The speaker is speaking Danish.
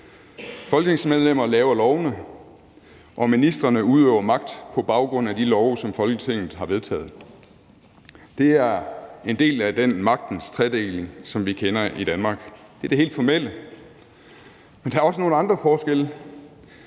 Folketingsmedlemmer laver lovene, og ministrene udøver magt på baggrund af de love, som Folketinget har vedtaget. Det er en del af den magtens tredeling, som vi kender i Danmark. Det er det helt formelle. Men der er også nogle andre forskelle.